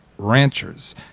ranchers